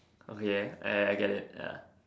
okay leh I get it ya